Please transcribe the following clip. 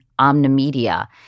OmniMedia